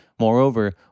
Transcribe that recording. Moreover